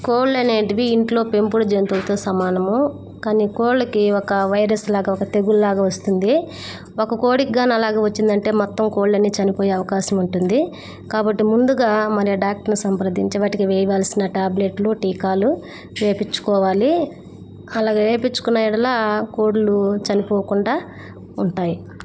కోళ్ళు అనేవి ఇంట్లో పెంపుడు జంతువులతో సమానము కానీ కోళ్ళకి ఒక వైరస్లాగా ఒక తెగుళ్ళ లాగా వస్తుంది ఒక కోడికి కానీ అలాగా వచ్చిందంటే మొత్తం కోడ్లన్నీ చనిపోయే అవకాశం ఉంటుంది కాబట్టి ముందుగా మన డాక్టర్ని సంప్రదించి వాటికి వేయవలసిన టాబ్లెట్లు టీకాలు వేయించుకోవాలి అలాగా వేయించుకున్న యెడల కోళ్ళు చనిపోకుండా ఉంటాయి